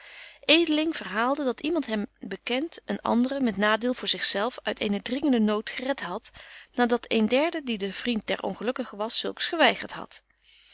edeling verhaalde dat iemand hem bekent een andren met nadeel voor zich zelf uit eenen dringenden nood geret hadt na dat een derde die de vriend der ongelukkigen was zulks geweigert hadt